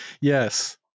yes